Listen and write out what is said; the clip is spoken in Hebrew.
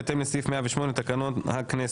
בהתאם לסעיף 108 לתקנון הכנסת: